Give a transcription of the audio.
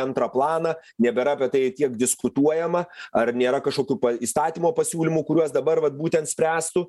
antrą planą nebėra apie tai tiek diskutuojama ar nėra kažkokių įstatymo pasiūlymų kuriuos dabar vat būtent spręstų